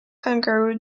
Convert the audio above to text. kangaroo